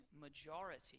majority